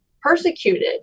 persecuted